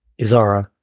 Izara